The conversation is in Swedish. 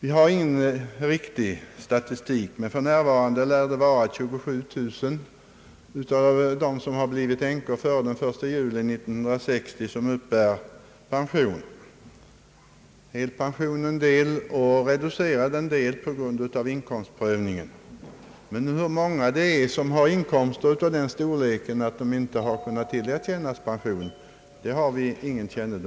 Vi har ingen riktig statistik, men för närvarande lär ungefär 27 000 av dem som blev änkor före den 1 juli 1960 uppbära pension. En del får hel pension och en del reducerad på grund av inkomstprövningen. Men vi har i dag ingen kännedom om hur många som har inkomster av den storleksordningen att de inte kunnat tillerkännas pension.